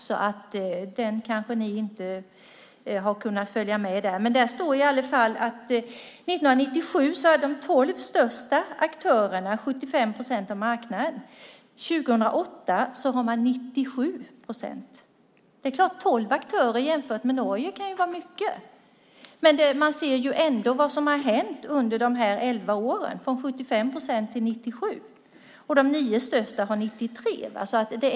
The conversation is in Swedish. Ni har kanske inte kunnat följa med. Där står att 1997 hade de tolv största aktörerna 75 procent av marknaden. År 2008 har de 97 procent av marknaden. Tolv aktörer jämfört med Norges tre kan vara mycket, men det syns ändå vad som har hänt under dessa elva år - från 75 procent till 97 procent. De nio största har 93 procent av marknaden.